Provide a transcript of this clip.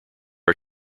are